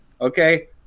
Okay